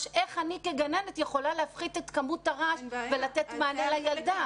איך אני כגננת יכולה להפחית את עוצמת הרעש ולתת מענה לילדה?